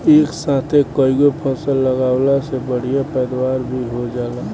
एक साथे कईगो फसल लगावला से बढ़िया पैदावार भी हो जाला